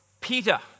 Peter